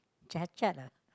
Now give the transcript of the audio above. cacat ah